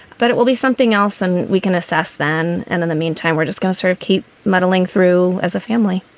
but it will be something else. and we can assess then. and in the meantime, we're just going to sort of keep muddling through as a family.